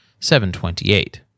728